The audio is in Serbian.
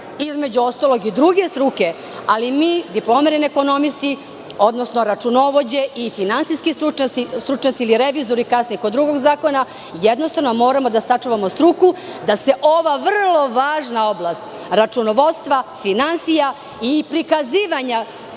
između ostalog i druge struke, ali mi diplomirani ekonomisti, odnosno računovođe i finansijski stručnjaci ili revizori kasnije kod drugog zakona, jednostavno moramo da sačuvamo struku da se ova vrlo važna oblast računovodstva, finansija i prikazivanja